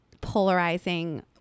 polarizing